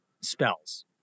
Spells